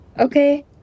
Okay